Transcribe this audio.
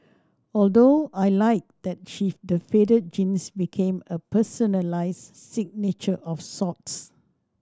although I liked that the faded jeans became a personalized signature of sorts